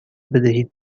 بدهید